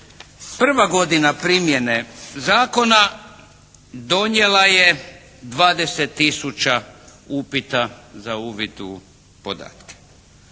Prva godina primjene zakona donijela je 20 tisuća upita za uvid u podatke.